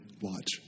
watch